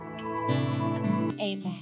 amen